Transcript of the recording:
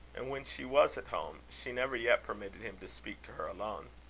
and when she was at home, she never yet permitted him to speak to her alone.